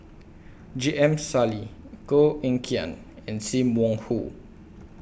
J M Sali Koh Eng Kian and SIM Wong Hoo